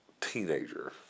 teenager